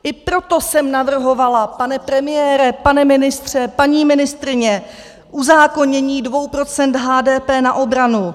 I proto jsem navrhovala, pane premiére, pane ministře, paní ministryně, uzákonění dvou 2 % HDP na obranu.